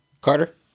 Carter